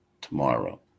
tomorrow